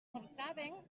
portaven